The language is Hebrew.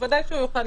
בוודאי שהוא יוכל ל-